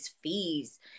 fees